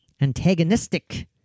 antagonistic